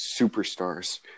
superstars